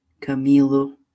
Camilo